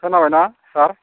खोनाबायना सार